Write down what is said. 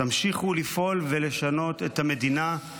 תמשיכו לפעול ולשנות את המדינה,